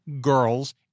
girls